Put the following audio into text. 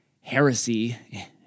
heresy